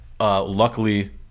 Luckily